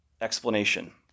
explanation